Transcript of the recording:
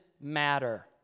matter